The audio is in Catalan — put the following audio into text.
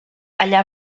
allà